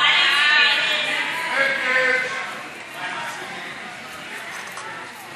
ההצעה להסיר מסדר-היום את